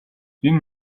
энэ